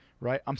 Right